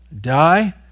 die